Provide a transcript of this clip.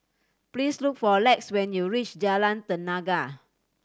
please look for Lex when you reach Jalan Tenaga